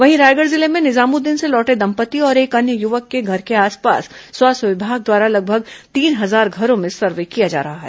वहीं रायगढ़ जिले में निजामुद्दीन से लौटे दंपत्ति और एक अन्य युवक के घर के आसपास स्वास्थ्य विभाग द्वारा लगभग तीन हजार घरों में सर्वे किया जा रहा है